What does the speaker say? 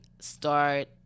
start